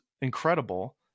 incredible